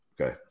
okay